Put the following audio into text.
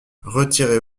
retirez